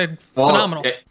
Phenomenal